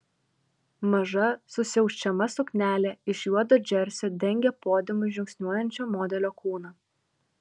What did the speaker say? maža susiaučiama suknelė iš juodo džersio dengė podiumu žingsniuojančio modelio kūną